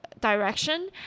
direction